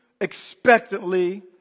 expectantly